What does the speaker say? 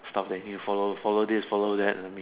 stop that thing follow follow this follow that I mean